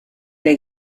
der